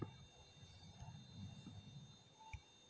ಇನ್ ಫ್ಲೆಷನ್ ಜಾಸ್ತಿಯಾದರ ಹಣದ ಮೌಲ್ಯ ಕಮ್ಮಿಯಾಗತೈತೆ